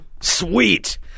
Sweet